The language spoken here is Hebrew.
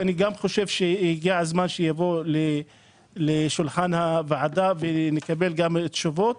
שאני חושב שהגיע הזמן שיגיע לשולחן הוועדה ושנקבל עליו תשובות.